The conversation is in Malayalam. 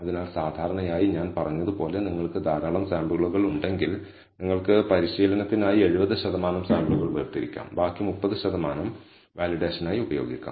അതിനാൽ സാധാരണയായി ഞാൻ പറഞ്ഞതുപോലെ നിങ്ങൾക്ക് ധാരാളം സാമ്പിളുകൾ ഉണ്ടെങ്കിൽ നിങ്ങൾക്ക് പരിശീലനത്തിനായി 70 ശതമാനം സാമ്പിളുകൾ വേർതിരിക്കാം ബാക്കി 30 ശതമാനം വാലിഡേഷൻനായി ഉപയോഗിക്കാം